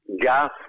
gas